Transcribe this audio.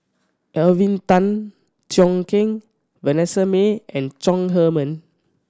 Alvin Tan Cheong Kheng Vanessa Mae and Chong Heman